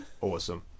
Awesome